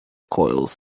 coils